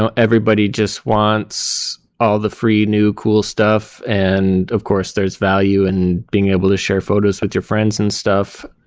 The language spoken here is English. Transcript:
ah everybody just wants all the free new cool stuff. and of course, there's value in being able to share photos with your friends and stuff.